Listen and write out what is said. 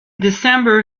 december